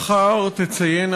והתבשרנו,